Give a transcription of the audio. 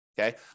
okay